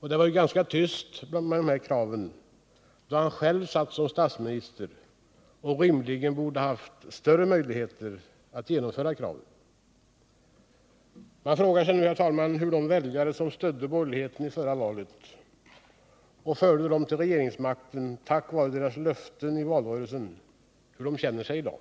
Det var ganska tyst om detta då han själv satt som statsminister och rimligen borde haft större möjligheter att genomföra kraven. Man frågar sig nu hur de väljare som stödde de borgerliga partierna i förra valet och förde dem till regeringsmakten tack vare deras löften i valrörelsen känner sig i dag.